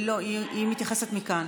לא, היא מתייחסת מכאן.